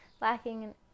lacking